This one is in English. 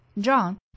John